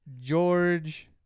George